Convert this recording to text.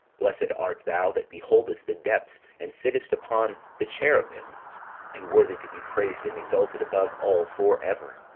blessed art thou that beholdest the depths, and sittest upon the cherubims and worthy to be praised and exalted above all for ever.